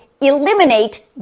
eliminate